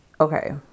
Okay